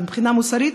מבחינה מוסרית,